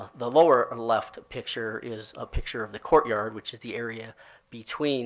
the lower and left picture is a picture of the courtyard, which is the area between